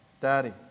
Daddy